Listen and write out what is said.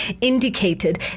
indicated